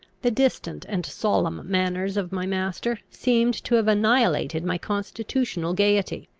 the distant and solemn manners of my master seemed to have annihilated my constitutional gaiety.